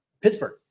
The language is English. Pittsburgh